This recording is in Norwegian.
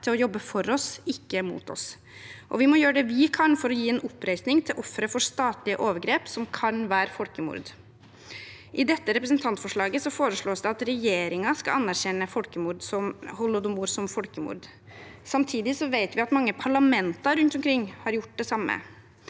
til å jobbe for oss, ikke mot oss, og vi må gjøre det vi kan for å gi en oppreisning til ofre for statlige overgrep som kan være folkemord. I dette representantforslaget foreslås det at regjeringen skal anerkjenne holodomor som folkemord. Samtidig vet vi at mange parlamenter rundt omkring har gjort det samme.